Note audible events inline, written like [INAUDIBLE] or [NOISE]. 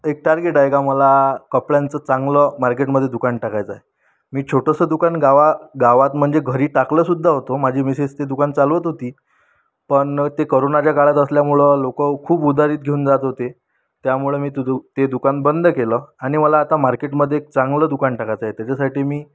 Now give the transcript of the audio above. एक टार्गेट आहे का मला कपड्यांचं चांगलं मार्केटमध्ये दुकान टाकायचं आहे मी छोटंसं दुकान गावा गावात म्हणजे घरी टाकलंसुद्धा होतं माझी मिसेस ते दुकान चालवत होती पण ते करोनाच्या काळात असल्यामुळं लोक खूप उधारीत घेऊन जात होते त्यामुळे [UNINTELLIGIBLE] मी ते दुकान बंद केलं आणि मला आता मार्केटमध्ये एक चांगलं दुकान टाकायचं आहे त्याच्यासाठी मी